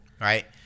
right